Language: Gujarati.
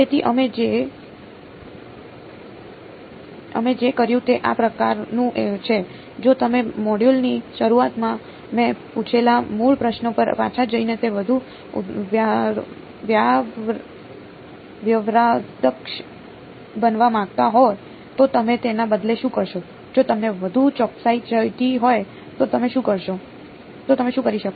તેથી અમે જે કર્યું તે આ પ્રકારનું છે જો તમે મોડ્યુલની શરૂઆતમાં મેં પૂછેલા મૂળ પ્રશ્ન પર પાછા જઈને તે વધુ વ્યવહારદક્ષ બનવા માંગતા હોય તો તમે તેના બદલે શું કરશો જો તમને વધુ ચોકસાઈ જોઈતી હોય તો તમે શું કરી શકો